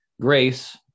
grace